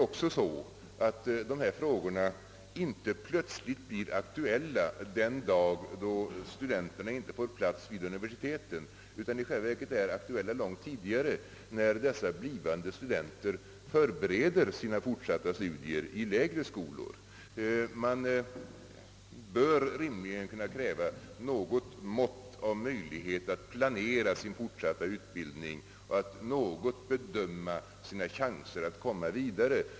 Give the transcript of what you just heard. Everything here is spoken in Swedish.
Dessa frågor blir inte plötsligt aktu ella den dag då studenter inte får plats vid universiteten, utan de är i själva verket aktuella långt tidigare, nämligen när dessa blivande studenter i lägre skolor förbereder sin fortsatta utbildning. Man bör rimligen kunna kräva någon möjlighet att planera sin fortsatta utbildning och att med någon grad av säkerhet bedöma sina chanser att komma vidare.